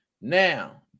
now